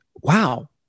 wow